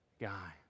guy